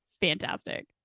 fantastic